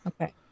Okay